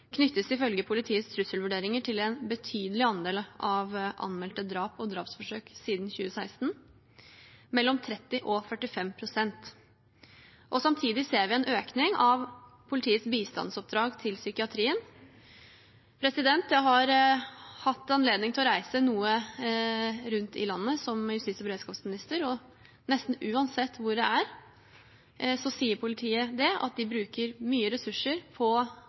knyttes ifølge politiets trusselvurderinger til en betydelig andel av anmeldte drap og drapsforsøk siden 2016, mellom 30 og 45 pst. Samtidig ser vi en økning av politiets bistandsoppdrag til psykiatrien. Jeg har hatt anledning til å reise noe rundt i landet som justis- og beredskapsminister, og nesten uansett hvor det er, så sier politiet at de bruker mye ressurser på